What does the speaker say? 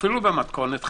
אפילו במתכונת חלקית.